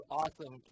awesome